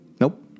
Nope